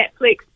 Netflix